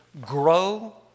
grow